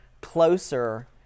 closer